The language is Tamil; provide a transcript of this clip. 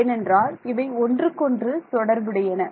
ஏனென்றால் இவை ஒன்றுக்கொன்று தொடர்புடையன